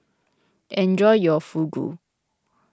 enjoy your Fugu